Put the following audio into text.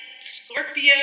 Scorpio